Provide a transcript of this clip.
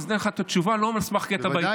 אז אתן לך את התשובה לא על סמך קטע בעיתון.